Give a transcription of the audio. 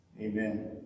Amen